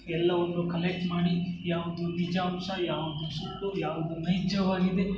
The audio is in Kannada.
ಎಲ್ಲವನ್ನು ಕಲೆಕ್ಟ್ ಮಾಡಿ ಯಾವುದು ನಿಜಾಂಶ ಯಾವುದು ಸುಳ್ಳು ಯಾವುದು ನೈಜವಾಗಿದೆ